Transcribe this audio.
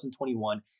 2021